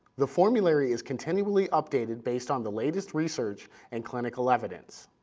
the formulary is continually updated based on the latest research and clinical evidence.